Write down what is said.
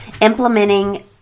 implementing